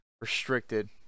restricted